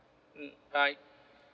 mm bye